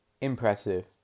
impressive